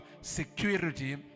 security